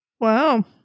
Wow